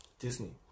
Disney